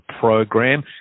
program